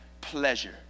pleasure